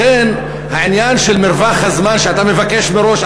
לכן העניין של מרווח הזמן שאתה מבקש מראש,